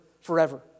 forever